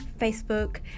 Facebook